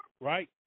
right